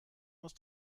muss